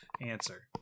answer